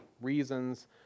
reasons